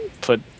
put